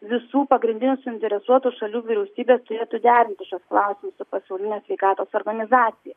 visų pagrindinių suinteresuotų šalių vyriausybės turėtų derinti šiuos klausimus su pasauline sveikatos organizacija